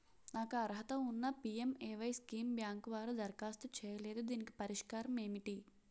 నాకు అర్హత ఉన్నా పి.ఎం.ఎ.వై స్కీమ్ బ్యాంకు వారు దరఖాస్తు చేయలేదు దీనికి పరిష్కారం ఏమిటి?